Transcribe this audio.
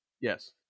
Yes